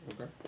Okay